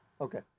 okay